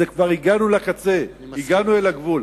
כבר הגענו לקצה, הגענו אל הגבול.